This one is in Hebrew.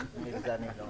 אני לא